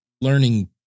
learning